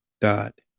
dot